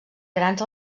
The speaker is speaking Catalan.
grans